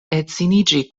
edziniĝi